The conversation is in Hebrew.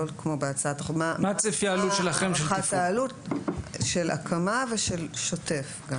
מה הערכת העלות של הקמה ושל שוטף?